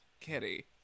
Kitty